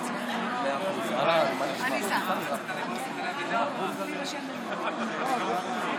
בהתאם לסעיף 9(א)(6) לחוק הממשלה,